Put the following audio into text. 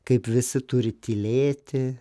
kaip visi turi tylėti